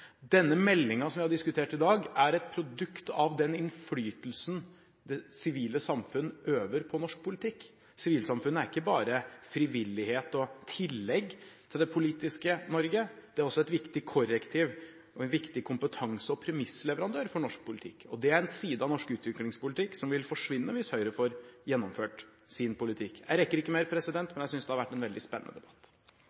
som vi har diskutert i dag, er et produkt av den innflytelsen det sivile samfunn øver på norsk politikk. Sivilsamfunnet er ikke bare frivillighet og et tillegg til det politiske Norge. Det er også et viktig korrektiv og en viktig kompetanse- og premissleverandør for norsk politikk, og det er en side ved norsk utviklingspolitikk som vil forsvinne hvis Høyre får gjennomført sin politikk. Jeg rekker ikke mer,